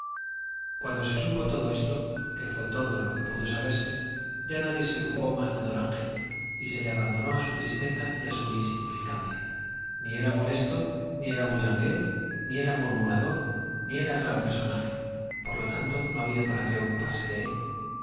fuente cálida todo rué todo lo que cuando re supo esto que pudo saberse ya nadie se ocupó más de don ángel y se le abandonó á su tristeza y á su insignificancia i era molesto ni era bullanguero ni era murrnurador ni era gran personaje por lo tanto no había para qué ocuparse de él